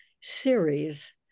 series